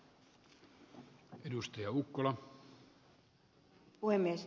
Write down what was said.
arvoisa puhemies